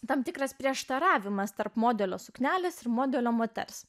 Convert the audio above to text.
tam tikras prieštaravimas tarp modelio suknelės ir modelio moters